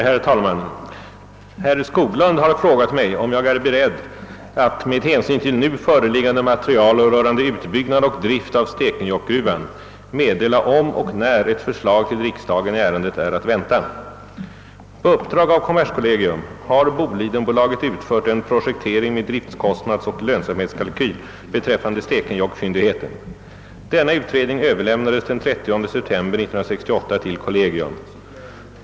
Herr talman! Herr Skoglund har frågat mig, om jag är beredd att med hän syn till nu föreliggande material rörande utbyggnad och drift av Stekenjokkgruvan meddela, om och när ett förslag till riksdagen i ärendet är att vänta. På uppdrag av kommerskollegium har Bolidenbolaget utfört en projektering med driftkostnadsoch lönsamhetskalkyl beträffande Stekenjokk-fyndigheten. Denna utredning överlämnades den 30 september 1968 till kollegium.